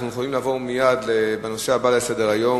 אנחנו יכולים לעבור מייד לנושא הבא בסדר-היום,